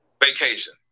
vacation